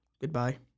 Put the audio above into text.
Goodbye